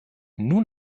nun